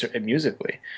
musically